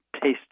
taste